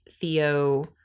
Theo